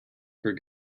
for